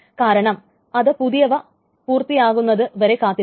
കാരണം അത് പുതിയവ പൂർത്തിയാകുന്നതു വരെ കാത്തിരിക്കും